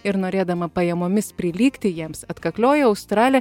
ir norėdama pajamomis prilygti jiems atkaklioji australė